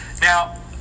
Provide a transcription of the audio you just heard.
Now